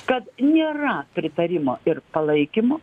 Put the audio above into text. kad nėra pritarimo ir palaikymo